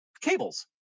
cables